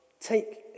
take